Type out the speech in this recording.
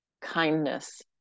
Kindness